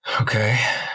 Okay